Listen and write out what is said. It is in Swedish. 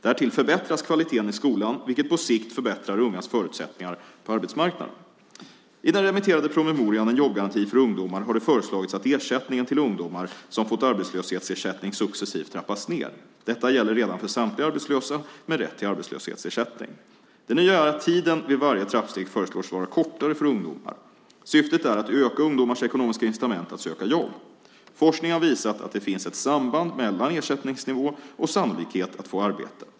Därtill förbättras kvaliteten i skolan, vilket på sikt förbättrar ungas förutsättningar på arbetsmarknaden. I den remitterade promemorian En jobbgaranti för ungdomar har det föreslagits att ersättningen till ungdomar som fått arbetslöshetsersättning successivt trappas ned. Detta gäller redan för samtliga arbetslösa med rätt till arbetslöshetsersättning. Det nya är att tiden vid varje trappsteg föreslås vara kortare för ungdomar. Syftet är att öka ungdomars ekonomiska incitament att söka jobb. Forskning har visat att det finns ett samband mellan ersättningsnivå och sannolikhet att få arbete.